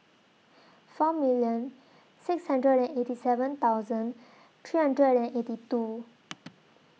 four million six hundred and eighty seven thousand three hundred and eighty two